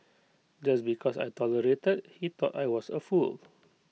just because I tolerated he thought I was A fool